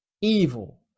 evil